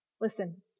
listen